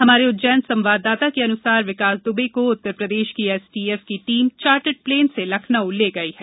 हमारे उज्जैन संवाददाता के अनुसार विकास दुबे को उत्तरप्रदेश की एसटीएफ की टीम चार्टड प्लेन से लखनऊ ले गई है